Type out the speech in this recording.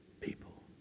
people